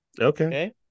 Okay